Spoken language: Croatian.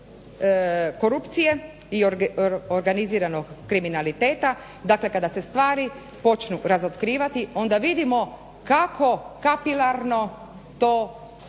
korupcije i organiziranog kriminaliteta, dakle kada se stvari počnu razotkrivati onda vidimo kako kapilarno ta